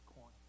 coin